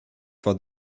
for